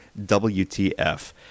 WTF